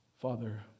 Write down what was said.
Father